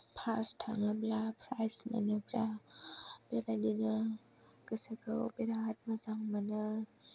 first थाङोब्ला prize मोनोब्ला बेबादिनो गोसोखौ बेराद मोजां मोनो